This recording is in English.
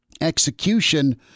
execution